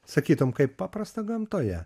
sakytum kaip paprasta gamtoje